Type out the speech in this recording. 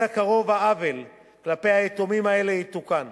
הקרוב העוול כלפי היתומים האלה יתוקן.